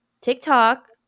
TikTok